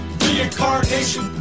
reincarnation